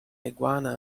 iguana